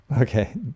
Okay